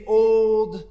old